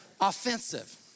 Offensive